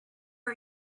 are